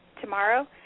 tomorrow